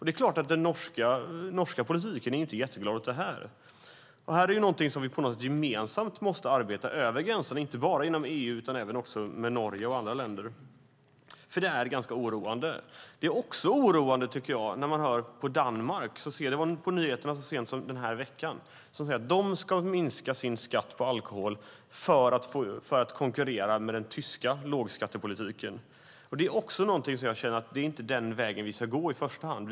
Det är klart att den norska politiken inte är jätteglad åt det. Det här är något som vi måste arbeta med gemensamt över gränserna, inte bara inom EU utan också med Norge och andra länder, för det är ganska oroande. Det är också oroande när man hör på nyheterna, så sent som den här veckan, att Danmark ska minska sin skatt på alkohol för att konkurrera med den tyska lågskattepolitiken. Det är inte den vägen vi ska gå i första hand.